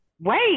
wait